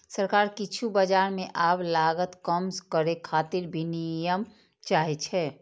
सरकार किछु बाजार मे आब लागत कम करै खातिर विनियम चाहै छै